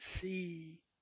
see